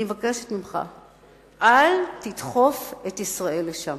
אני מבקשת ממך, אל תדחף את ישראל לשם.